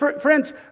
Friends